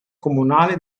comunale